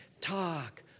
talk